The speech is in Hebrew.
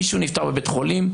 מישהו נפטר בבית חולים,